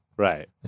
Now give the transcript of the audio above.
Right